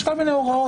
יש כל מיני הוראות.